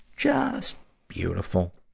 just beautiful.